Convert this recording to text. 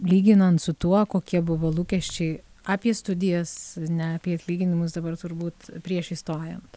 lyginant su tuo kokie buvo lūkesčiai apie studijas ne apie atlyginimus dabar turbūt prieš įstojant